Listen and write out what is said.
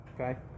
Okay